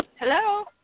Hello